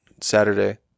Saturday